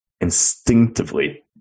instinctively